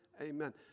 amen